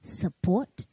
support